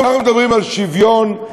אנחנו מדברים על שוויון,